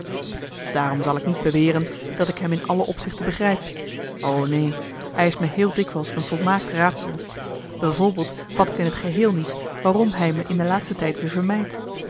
daarom zal ik niet beweren dat ik hem in alle opzichten begrijp o neen hij is me heel dikwijls een volmaakt raadsel bijvoorbeeld vat ik in t geheel niet waarom hij me in de laatste tijd weer vermijdt